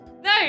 No